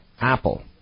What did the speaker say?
Apple